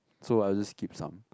so I just skip some